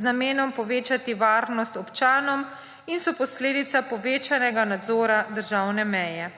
z namenom povečati varnost občanom in so posledica povečanega nadzora državne meje.